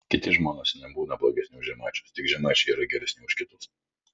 kiti žmonės nebūna blogesni už žemaičius tik žemaičiai yra geresni už kitus